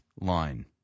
line